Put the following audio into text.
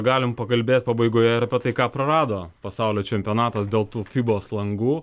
galim pakalbėt pabaigoje ir apie tai ką prarado pasaulio čempionatas dėl tų fibos langų